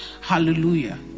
hallelujah